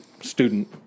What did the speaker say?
student